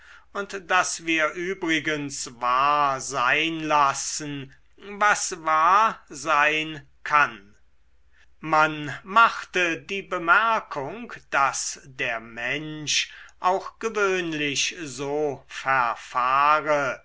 und daß wir übrigens wahr sein lassen was wahr sein kann man machte die bemerkung daß der mensch auch gewöhnlich so verfahre